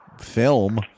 film